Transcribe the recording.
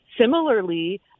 Similarly